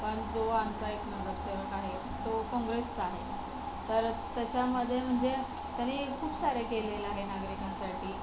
पण जो आमचा एक नगरसेवक आहे तो काँग्रेसचा आहे तर त्याच्यामध्ये म्हणजे त्याने खूप सारे केलेलं आहे नागरिकांसाठी